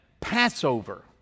Passover